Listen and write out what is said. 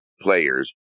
players